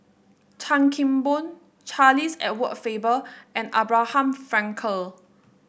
Chan Kim Boon Charles Edward Faber and Abraham Frankel